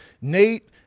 Nate